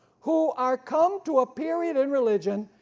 who are come to a period in religion,